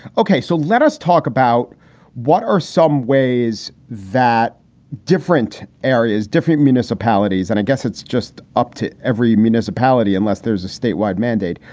ok. so let us talk about what are some ways that different areas, different municipalities. and i guess it's just up to every municipality unless there's a statewide mandate.